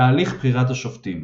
תהליך בחירת השופטים